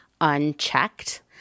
unchecked